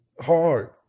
hard